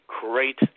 great